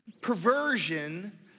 perversion